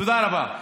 תודה רבה.